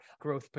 growth